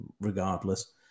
regardless